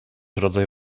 rodzaj